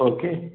okay